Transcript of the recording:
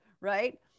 right